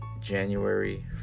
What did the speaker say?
january